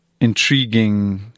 intriguing